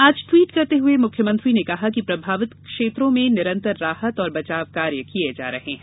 आज टवीट् करते हुए मुख्यमंत्री ने कहा कि प्रभावित क्षेत्रों में निरंतर राहत और बचाव कार्य किये जा रहे है